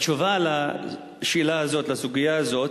את התשובה על השאלה הזאת, בסוגיה הזאת,